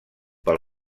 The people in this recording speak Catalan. pel